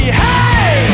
hey